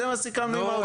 זה מה שסיכמנו עם האוצר.